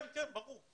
לצערנו, כן, כן, ברור.